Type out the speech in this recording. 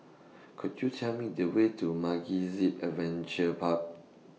Could YOU Tell Me The Way to MegaZip Adventure Park